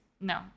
no